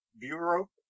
Bureau